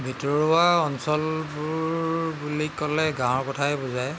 ভিতৰুৱা অঞ্চলবোৰ বুলি ক'লে গাঁৱৰ কথাই বুজায়